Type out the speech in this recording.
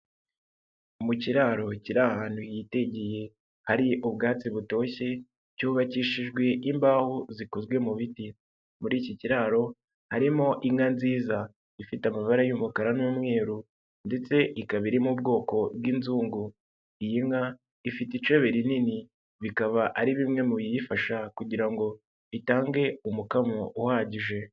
mu kiraro kiri ahantu hitegeye hari ubwatsi butoshye cyubakishijwe imbaho zikozwe mu biti, muri iki kiraro harimo inka nziza ifite amabara y'umukara n'umweru ndetse ikaba irimo ubwoko bw'inzungu iyi nka ifite ibi icbiri rinini bikaba ari bimwe mu biyifasha kugira ngo itange umukamo uhagije.